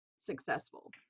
successful